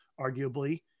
arguably